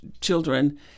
children